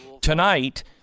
Tonight